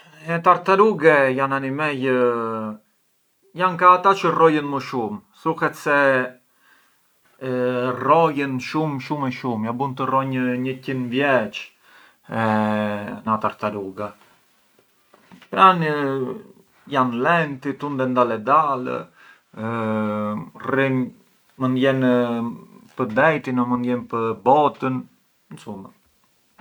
Le tartarughe jan animej, jan ka ata çë rrojën më shumë, thuhet se rrojën shumë shumë shumë, ja bun të rronj një qind vjeç na tartaruga, pran jan lenti, tunden dal e dal mënd jenë pë’ dejtin, mënd jenë pë’ botën, incuma.